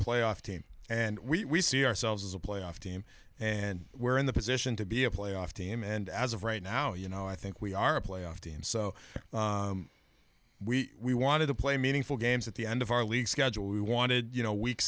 playoff team and we see ourselves as a playoff team and we're in the position to be a playoff team and as of right now you know i think we are a playoff team so we wanted to play meaningful games at the end of our league schedule we wanted you know week